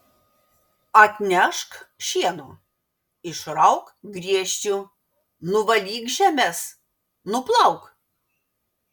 atnešk šieno išrauk griežčių nuvalyk žemes nuplauk